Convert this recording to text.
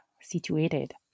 situated